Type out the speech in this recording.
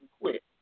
quit